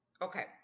Okay